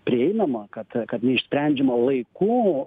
prieinama kad kad neišsprendžiama laiku